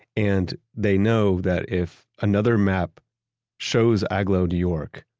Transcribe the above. and they know that if another map shows agloe, new york,